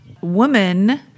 woman